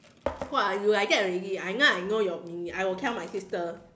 !wah! you like that already I now I know your I will tell my sister